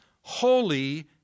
holy